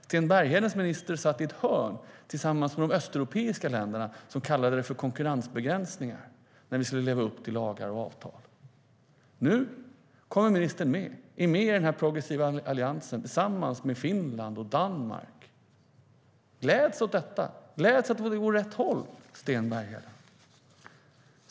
Sten Berghedens minister satt i ett hörn tillsammans med de östeuropeiska länderna, som kallade det konkurrensbegränsningar när vi skulle leva upp till lagar och avtal. Nu är ministern med i den progressiva alliansen tillsammans med Finland och Danmark. Gläds åt detta! Gläds åt att det går åt rätt håll, Sten Bergheden!